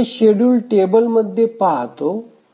हे शेड्यूल टेबलमध्ये पाहते